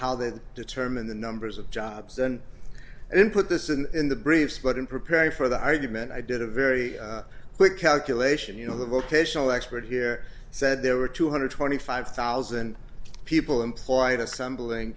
how they determine the numbers of jobs and then put this in in the briefs but in preparing for the argument i did a very quick calculation you know the vocational expert here said there were two hundred and twenty five thousand people employed assembl